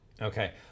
Okay